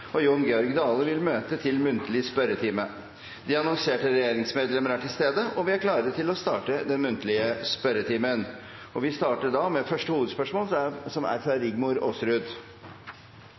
og Jon Georg Dale vil møte til muntlig spørretime. De annonserte regjeringsmedlemmer er til stede, og vi er klare til å starte den muntlige spørretimen. Vi starter da med første hovedspørsmål, fra representanten Rigmor Aasrud.